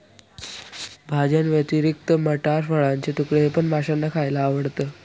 भाज्यांव्यतिरिक्त मटार, फळाचे तुकडे हे पण माशांना खायला आवडतं